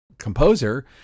composer